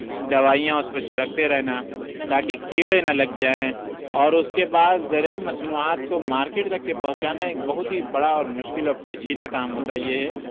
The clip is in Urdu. دوائیاں اُس پہ چھڑکتے رہنا تاکہ کیڑے نہ لگ جائیں اور اُس کے بعد ذرعی مصنوعات کو مارکیٹ تک کے پہنچانا ایک بہت ہی بڑا اور مشکل اور پیچیدہ کام ہوتا یہ ہے